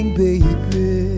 baby